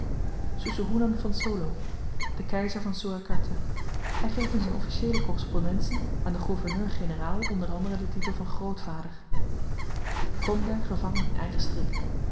soesoehoenan van solo de keizer van soerakarta hy geeft in z'n officieele korrespondentie aan den gouverneur-generaal o a den titel van grootvader kondeh gevangen in eigen strik